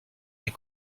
les